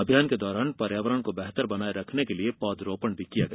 अभियान के दौरान पर्यावरण को बेहतर बनाये रखने के लिए पौधरोपण भी किया गया